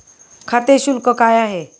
खाते शुल्क काय आहे?